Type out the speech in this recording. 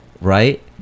right